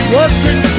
working